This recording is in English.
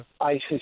ISIS